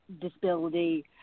disability